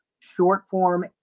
short-form